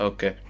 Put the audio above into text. Okay